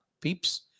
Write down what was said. peeps